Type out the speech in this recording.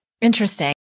Interesting